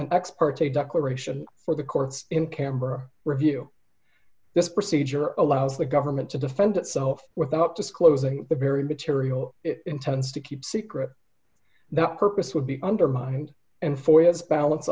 an ex parte declaration for the court's in camera review this procedure or allows the government to defend itself without disclosing the very big to reveal it intends to keep secret that purpose would be undermined and for years balance